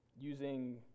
using